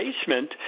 basement